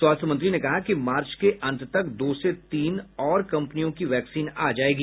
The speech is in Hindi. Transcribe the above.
स्वास्थ्य मंत्री ने कहा कि मार्च के अंत तक दो से तीन और कम्पनियों की वैक्सीन आ जायेगी